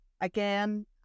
again